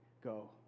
go